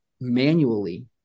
manually